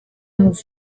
los